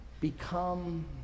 Become